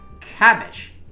cabbage